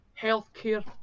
healthcare